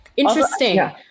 Interesting